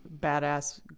badass